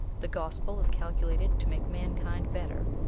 the gospel is calculated to make mankind better,